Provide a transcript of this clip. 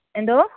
എന്തോ